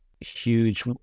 huge